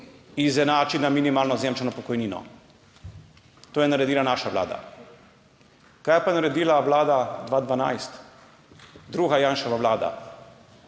izenači na minimalno zajamčeno pokojnino. To je naredila naša vlada. Kaj pa je naredila vlada 2012, druga Janševa Vlada?